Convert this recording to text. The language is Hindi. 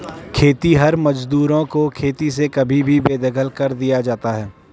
खेतिहर मजदूरों को खेती से कभी भी बेदखल कर दिया जाता है